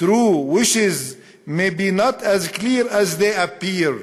true wishes may not be as clear as they appear.